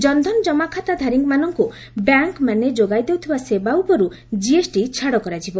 ଜନଧନ ଜମାଖାତା ଧାରୀମାନଙ୍କୁ ବ୍ୟାଙ୍କ୍ମାନେ ଯୋଗାଉଥିବା ସେବା ଉପରୁ ଜିଏସ୍ଟି ଛାଡ଼ କରାଯିବ